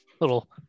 little